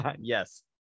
yes